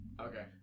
Okay